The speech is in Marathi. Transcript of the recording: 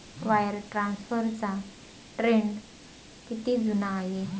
वायर ट्रान्सफरचा ट्रेंड किती जुना आहे?